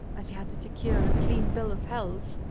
as he had to secure a clean bill of health,